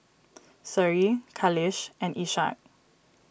Seri Khalish and Ishak